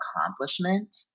accomplishment